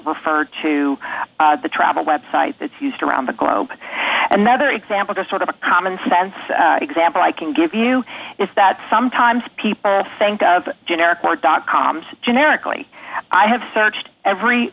referred to the travel web site that's used around the globe another example to sort of a common sense example i can give you is that sometimes people think of generic word dot coms generically i have searched every